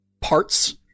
parts